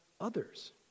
others